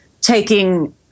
taking